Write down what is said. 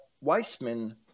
Weissman